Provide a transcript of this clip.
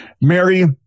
Mary